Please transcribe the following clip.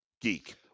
geek